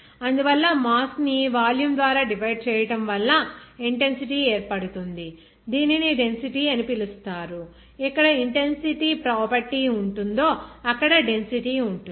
అందువల్ల మాస్ ని వాల్యూమ్ ద్వారా డివైడ్ చేయడం వలన ఇంటెన్సిటీ ఏర్పడుతుంది దీనిని డెన్సిటీ అని పిలుస్తారు ఇక్కడ ఇంటెన్సిటీ ప్రాపర్టీ ఉంటుందో అక్కడ డెన్సిటీ ఉంటుంది